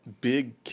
big